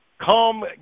Come